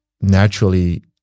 naturally